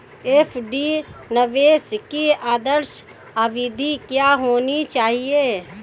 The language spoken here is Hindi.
एफ.डी निवेश की आदर्श अवधि क्या होनी चाहिए?